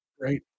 Right